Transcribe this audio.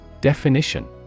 Definition